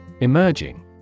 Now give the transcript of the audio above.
Emerging